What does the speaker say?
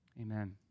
Amen